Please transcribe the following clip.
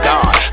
God